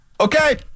Okay